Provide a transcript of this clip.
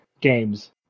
games